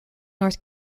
north